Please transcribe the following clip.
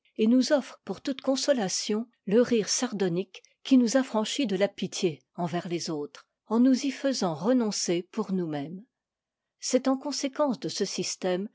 et nous offre pour toute consolation le rire sardonique qui nous affranchit de la pitié envers les autres en nous y faisant renoncer pour nous-mêmes c'est en conséquence de ce système